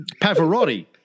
Pavarotti